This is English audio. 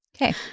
Okay